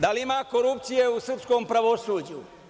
Da li ima korupcije u srpskom pravosuđu?